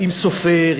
עם סופר,